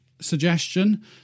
suggestion